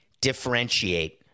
differentiate